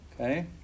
Okay